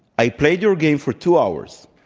i played your game for two hours,